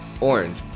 orange